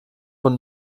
von